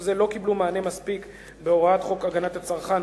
זה לא קיבלו מענה מספיק בהוראות חוק הגנת הצרכן,